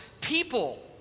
people